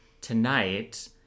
tonight